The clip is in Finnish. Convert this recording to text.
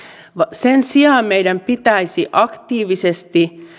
sen sijaan meidän pitäisi aktiivisesti